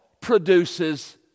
produces